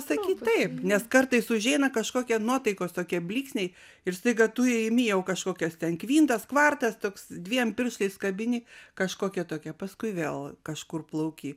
sakyt taip nes kartais užeina kažkokie nuotaikos tokie blyksniai ir staiga imi jau kažkokias ten kvintas kvartas toks dviem pirštais kabini kažkokia tokia paskui vėl kažkur plauki